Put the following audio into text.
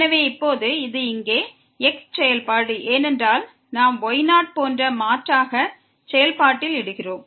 எனவே இப்போது இது இங்கே x செயல்பாடு ஏனென்றால் நாம் y0 போன்ற மாற்றாக செயல்பாட்டில் இடுகிறோம்